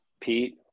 Pete